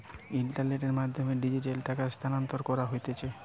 ইন্টারনেটের মাধ্যমে ডিজিটালি টাকা স্থানান্তর কোরা হচ্ছে